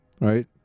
right